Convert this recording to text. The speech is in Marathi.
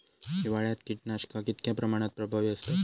हिवाळ्यात कीटकनाशका कीतक्या प्रमाणात प्रभावी असतत?